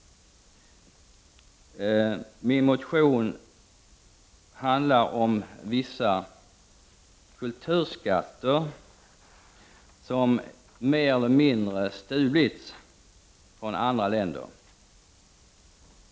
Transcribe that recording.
Min motion handlar om vissa kulturskatter som mer eller mindre har stulits från andra länder.